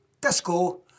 disco